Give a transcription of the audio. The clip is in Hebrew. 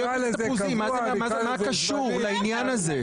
תקרא לזה תפוזים, מה זה קשור לעניין הזה?